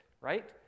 right